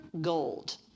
gold